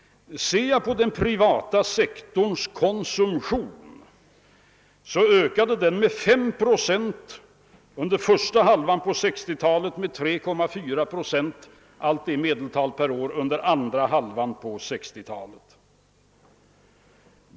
Den privata sektorns konsumtion ökade med 5 procent — alla siffror jag anger är medeltal per år — under första halvan av 1960-talet och med 3,4 procent under andra halvan av 1960-talet.